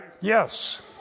yes